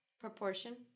Proportion